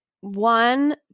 one